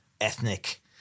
ethnic